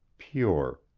pure,